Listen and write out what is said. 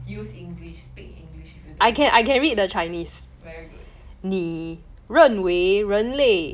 use english speak english if you don't very good